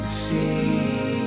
see